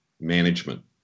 management